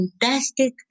fantastic